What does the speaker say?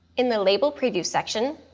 in the label preview section,